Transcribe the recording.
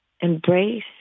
Embrace